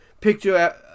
picture